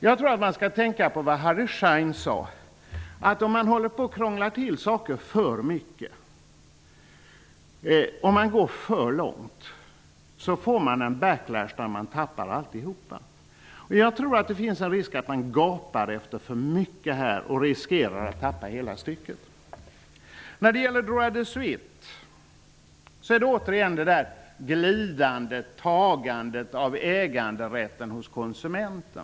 Jag tror att man bör tänka på vad Harry Schein har sagt. Krånglar man till saker för mycket och går för långt, får man bara en backlash där allt tappas. Jag tror att det finns en risk för att man gapar efter för mycket och riskerar att tappa hela stycket. Vidare har vi frågan om ''droit de suite''. Det är återigen ett glidande och tagande av äganderätten hos konsumenten.